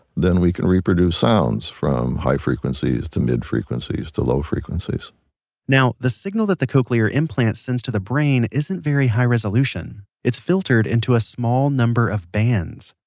then we can reproduce sounds from high-frequencies, to mid-frequencies, to low-frequencies now, the signal that the cochlear implant sends to the brain isn't very high-resolution. it's filtered into a small number of bands.